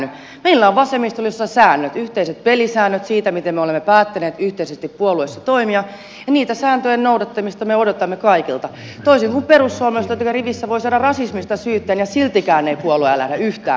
meillä on vasemmistoliitossa säännöt yhteiset pelisäännöt siitä miten me olemme päättäneet yhteisesti puolueessa toimia ja niiden sääntöjen noudattamista me odotamme kaikilta toisin kuin perussuomalaiset joitten riveissä voi saada rasismista syytteen ja siltikään ei puolella yhtä